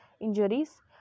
injuries